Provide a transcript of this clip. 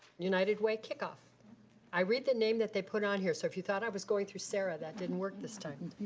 united way kickoff. i read the name that they put on here so if you thought i was going through sara, that didn't work this time.